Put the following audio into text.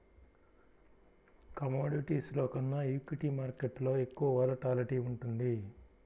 కమోడిటీస్లో కన్నా ఈక్విటీ మార్కెట్టులో ఎక్కువ వోలటాలిటీ ఉంటుంది